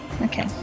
Okay